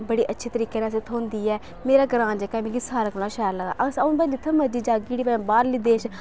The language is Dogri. बड़े अच्छे तरीके कन्नै जेह्की असें गी थ्होंदी ऐ मेरा ग्रांऽ जेह्का मिगी सारें कोला शैल लगदा ऐ अ'ऊं जि'त्थें मर्जी जाह्गी उठी भामें बाह्रले देश